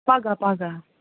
پگاہ پگاہ